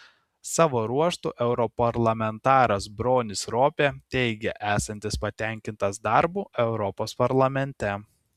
savo ruožtu europarlamentaras bronis ropė teigė esantis patenkintas darbu europos parlamente